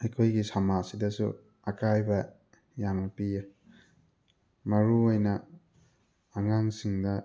ꯑꯩꯈꯣꯏꯒꯤ ꯁꯃꯥꯖꯁꯤꯗꯁꯨ ꯑꯀꯥꯏꯕ ꯌꯥꯝꯅ ꯄꯤꯌꯦ ꯃꯔꯨ ꯑꯣꯏꯅ ꯑꯉꯥꯡꯁꯤꯡꯗ